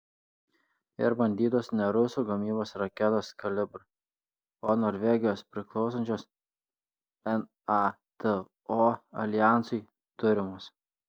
ir bandytos ne rusų gamybos raketos kalibr o norvegijos priklausančios nato aljansui turimos